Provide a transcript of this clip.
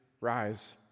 rise